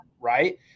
right